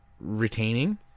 retaining